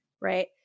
right